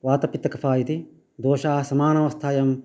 वातपित्तकफाः इति दोषाः समानवस्थायां